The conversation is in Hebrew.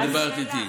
את דיברת איתי.